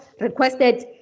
requested